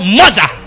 mother